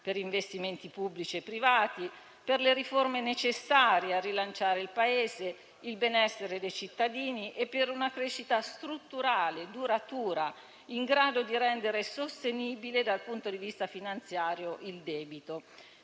per investimenti pubblici e privati, per le riforme necessarie a rilanciare il Paese, il benessere dei cittadini e per una crescita strutturale duratura in grado di rendere sostenibile, dal punto di vista finanziario, il debito,